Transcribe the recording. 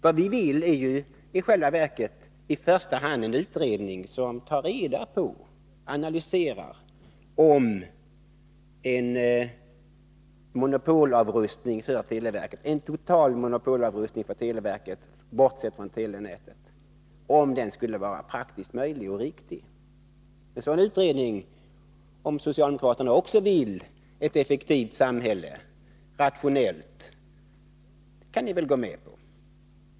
Vad vii första hand vill är att en utredning skall ta reda på och analysera om en total monopolavrustning av televerket, bortsett från telenätet, skulle vara praktiskt möjlig och riktig. Om socialdemokraterna också vill ha ett effektivt och rationellt samhälle, borde ni kunna gå med på en sådan utredning.